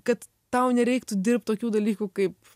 kad tau nereiktų dirbt tokių dalykų kaip